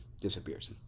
disappears